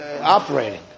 operating